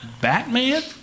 Batman